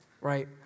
right